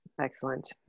Excellent